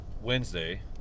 Wednesday